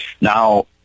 now